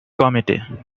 committee